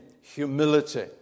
humility